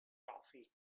toffee